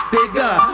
bigger